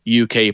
uk